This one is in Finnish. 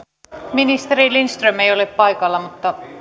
ministeri lindström ei ole paikalla mutta